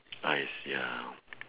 eyes ya